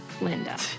Linda